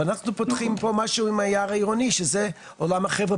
אבל אנחנו פותחים פה משהו עם היער העירוני שזה עולם אחר.